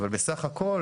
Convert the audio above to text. אבל בסך הכל,